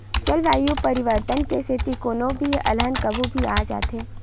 जलवायु परिवर्तन के सेती कोनो भी अलहन कभू भी आ जाथे